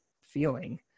feeling